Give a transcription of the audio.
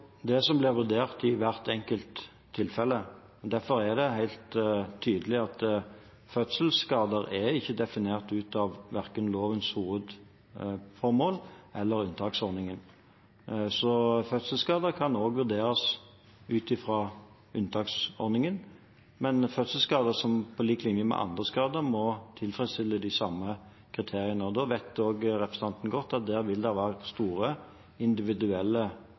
det helt tydelig at fødselsskader ikke er definert ut av verken lovens hovedformål eller unntaksordningen. Så fødselsskader kan også vurderes ut fra unntaksordningen, men fødselsskader må på lik linje med andre skader tilfredsstille de samme kriteriene. Da vet også representanten godt at det vil være store individuelle